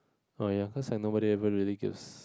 oh ya cause have nobody ever religious